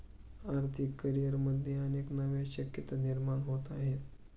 आर्थिक करिअरमध्ये अनेक नव्या शक्यता निर्माण होत आहेत